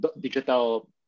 digital